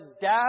dad